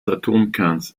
atomkerns